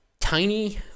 tiny